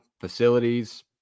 Facilities